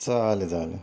चालेल चालेल